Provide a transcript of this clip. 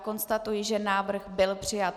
Konstatuji, že návrh byl přijat.